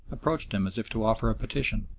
approached him as if to offer a petition,